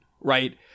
Right